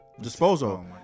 disposal